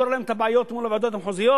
תפתור להם את הבעיות מול הוועדות המחוזיות,